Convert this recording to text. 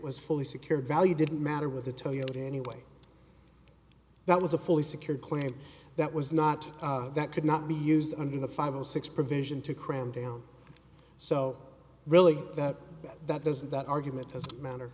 was fully secure value didn't matter with the toyota anyway that was a fully secured claim that was not that could not be used under the five or six provision to cram down so really that that doesn't that argument as a matter